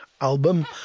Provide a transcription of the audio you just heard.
album